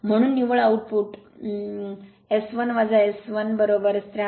म्हणून निव्वळ output thiS1 thiS1 73